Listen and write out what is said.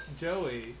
Joey